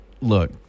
look